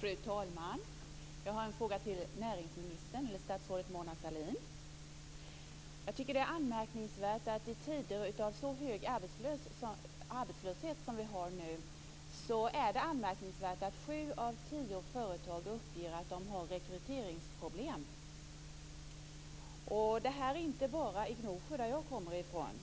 Fru talman! Jag har en fråga till statsrådet Mona I tider av så hög arbetslöshet som vi har nu tycker jag att det är anmärkningsvärt att sju av tio företag uppger att de har rekryteringsproblem. Så är det inte bara i Gnosjö, som jag kommer från.